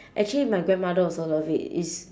actually my grandmother also love it is